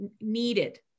needed